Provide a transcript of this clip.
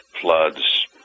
floods